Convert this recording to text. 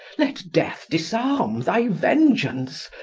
let death disarm thy vengeance.